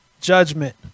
judgment